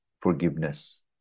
forgiveness